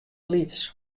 lyts